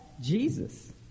Jesus